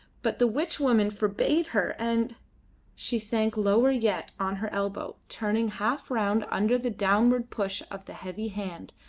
but the witchwoman forbade her, and she sank lower yet on her elbow, turning half round under the downward push of the heavy hand,